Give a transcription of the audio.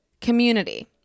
community